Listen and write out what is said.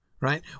right